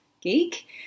geek